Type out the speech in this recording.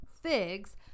Figs